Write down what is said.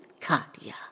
Katya